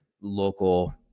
local